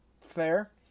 fair